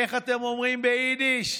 איך אתם אומרים ביידיש,